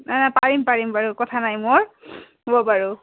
নাই নাই পাৰিম পাৰিম বাৰু কথা নাই মোৰ হ'ব বাৰু